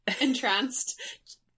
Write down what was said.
entranced